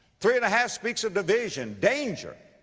three and a half speaks of division, danger,